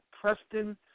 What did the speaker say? Preston